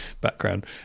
background